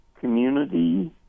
community